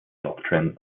doctrine